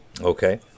Okay